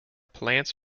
plants